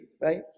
Right